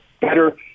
better